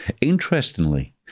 Interestingly